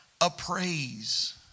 appraise